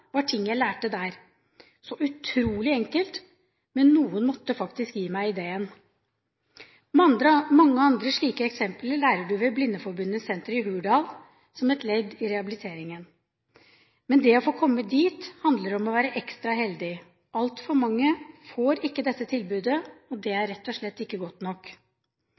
var ting jeg lærte der. Så utrolig enkelt, men noen måtte faktisk gi meg ideen. Mange andre slike ting lærer du ved Blindeforbundets senter i Hurdal som et ledd i rehabiliteringen. Men det å få komme dit handler om å være ekstra heldig. Altfor få får dette tilbudet, og det er rett og slett ikke godt nok.